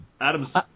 Adam's